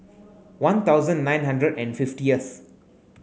one thousand nine hundred and fiftieth